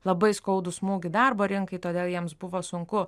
labai skaudų smūgį darbo rinkai todėl jiems buvo sunku